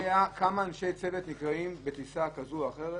מי קובע כמה אנשי צוות נקראים בטיסה כזו או אחרת